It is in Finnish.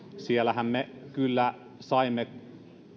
siellähän me kyllä saimme